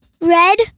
Red